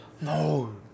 No